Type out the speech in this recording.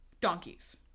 Donkeys